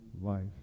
life